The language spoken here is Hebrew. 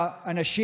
והאנשים